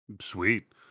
Sweet